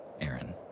Aaron